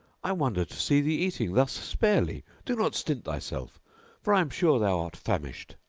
i wonder to see thee eating thus sparely do not stint thyself for i am sure thou art famished.